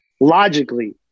logically